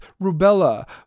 rubella